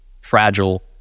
fragile